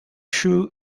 shrew